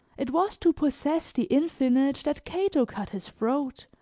it was to possess the infinite that cato cut his throat,